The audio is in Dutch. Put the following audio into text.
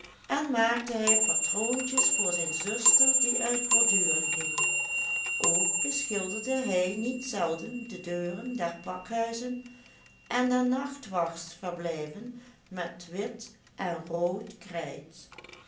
en maakte hij patroontjes voor zijn zuster die uit borduren ging ook beschilderde hij niet zelden de deuren der pakhuizen en der nachtwachtsverblijven met wit en rood krijt